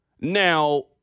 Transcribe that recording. Now